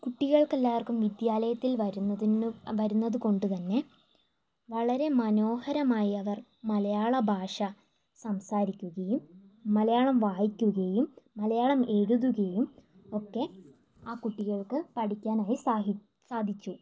കുട്ടിക്കൾക്ക് എല്ലാവർക്കും വിദ്യാലയത്തിൽ വരുന്നതിന് വരുന്നതുകൊണ്ടുതന്നെ വളരെ മനോഹരമായ അവർ മലയാള ഭാഷ സംസാരിക്കുകയും മലയാളം വായിക്കുകയും മലയാളം എഴുതുകയും ഒക്കെ ആ കുട്ടികൾക്ക് പഠിക്കാനായി സാഹി സാധിച്ചു